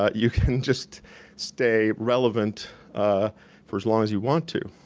ah you can just stay relevant for as long as you want to.